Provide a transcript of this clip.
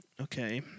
Okay